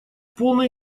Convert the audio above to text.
полной